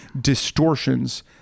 distortions